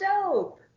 dope